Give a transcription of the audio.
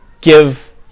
give